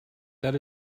that